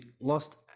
lost